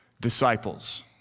disciples